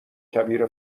کبیر